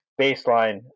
baseline